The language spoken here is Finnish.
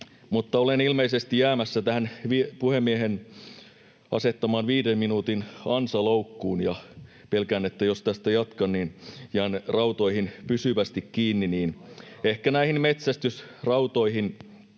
...olen ilmeisesti jäämässä tähän puhemiehen asettamaan viiden minuutin ansaloukkuun ja pelkään, että jos tästä jatkan, niin jään rautoihin pysyvästi kiinni, [Petri Huru: Aikarautaan!]